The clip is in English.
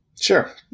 Sure